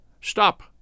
Stop